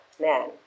man